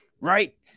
right